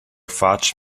fatg